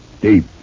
deep